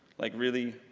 like really,